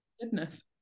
Goodness